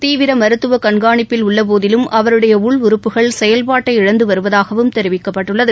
தீவிர மருத்துவ கண்காணிப்பில் உள்ள போதிலும் அவருடைய உள் உறுப்புகள் செயல்பாட்டை இழந்து வருவதாகவும் தெரிவிக்கப்பட்டுள்ளது